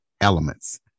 elements